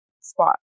spot